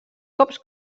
cops